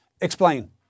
Explain